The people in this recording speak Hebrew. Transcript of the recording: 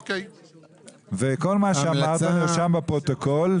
כל מה שאמרת נרשם בפרוטוקול,